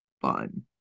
fun